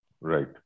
Right